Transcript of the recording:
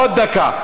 עוד דקה.